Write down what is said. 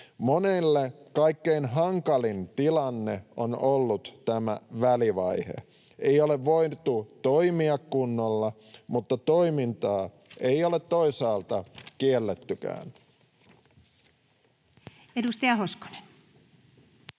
Monille kaikkein hankalin tilanne on ollut tämä välivaihe. Ei ole voitu toimia kunnolla, mutta toimintaa ei ole toisaalta kiellettykään. [Speech